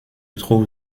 trouve